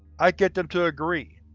i get them to agree,